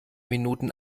minuten